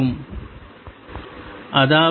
Poynting vector 10EB10nE0B0k